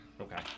Okay